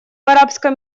арабском